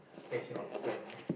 text a lot of friend